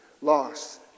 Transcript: loss